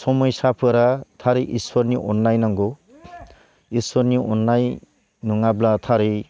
समयसाफोरा थारै इसरनि अननाय नांगौ इसरनि अननाय नङाब्ला थारै